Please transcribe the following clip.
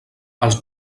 els